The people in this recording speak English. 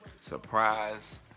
surprise